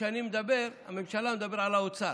וכשאני מדבר על הממשלה, אני מדבר על האוצר.